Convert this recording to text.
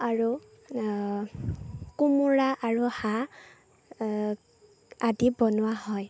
আৰু কোমোৰা আৰু হাঁহ আদি বনোৱা হয়